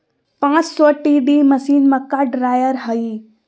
पांच सौ TD machine, मक्का ड्रायर हइ